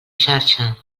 xarxa